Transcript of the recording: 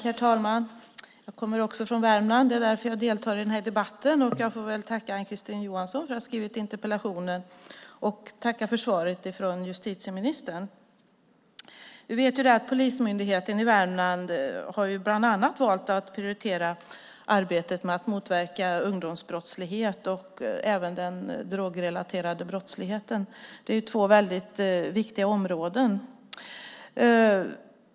Herr talman! Jag kommer också från Värmland, det är därför jag deltar i debatten. Jag vill tacka Ann-Kristine Johansson för att ha skrivit interpellationen och tacka för svaret från justitieministern. Vi vet att Polismyndigheten i Värmland bland annat valt att prioritera arbetet för att motverka ungdomsbrottslighet och även den drogrelaterade brottsligheten. Det är två väldigt viktiga områden.